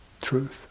Truth